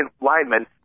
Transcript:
lineman